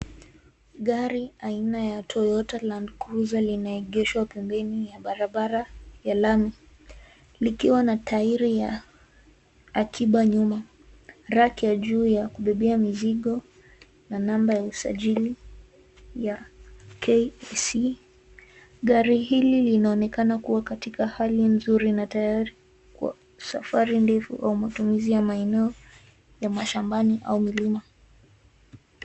Gari aina ya Toyota Landcruizer limeegeshwa pembeni ya barabara ya lami. Likiwa na tairi ya akiba nyuma, raki ya juu ya kubebea mizigo na namba ya usajili ya KEC. Gari hili linaonekana kuwa katika hali nzuri na tayari kwa safari ndefu au matumizi ya maeneo ya mashambani au milima.